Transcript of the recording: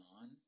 on